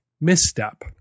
misstep